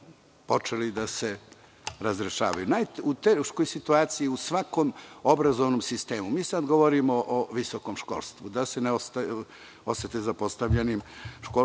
počeli da se razrešavaju. Teška je situacija u svakom obrazovnom sistemu. Mi sada govorimo o visokom školstvu, da se ne ostave zapostavljene srednje